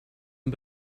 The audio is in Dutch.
een